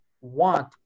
want